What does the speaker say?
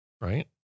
right